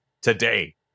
today